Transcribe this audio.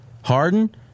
Harden